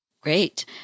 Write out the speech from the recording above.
Great